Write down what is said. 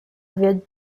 wird